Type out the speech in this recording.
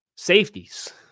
Safeties